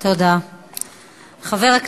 בכוח,